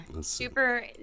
Super